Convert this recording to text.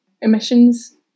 emissions